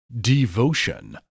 devotion